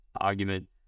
argument